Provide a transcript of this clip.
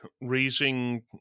raising